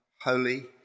Holy